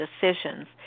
decisions